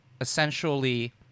essentially